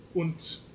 und